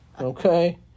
Okay